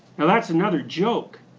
now that's another joke.